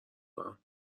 کنم